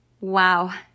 Wow